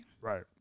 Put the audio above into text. Right